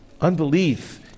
Unbelief